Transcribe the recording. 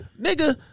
Nigga